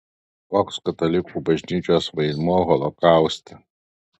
koks katalikų bažnyčios vaidmuo holokauste